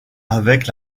avec